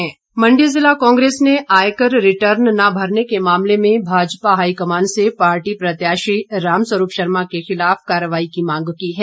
मण्डी कांग्रेस मण्डी जिला कांग्रेस ने आयकर रिटर्न न भरने के मामले में भाजपा हाईकमान से पार्टी प्रत्याशी रामस्वरूप शर्मा के खिलाफ कार्रवाई की मांग की है